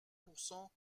pourcent